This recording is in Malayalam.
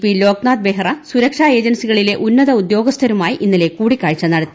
പി ലോക്നാഥ് ബെഹ്റ സുരക്ഷാ ഏജൻസികളിലെ ഉന്നത ഉദ്യോഗസ്ഥരുമായി ഇന്നലെ കൂടിക്കാഴ്ച നടത്തി